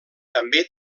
també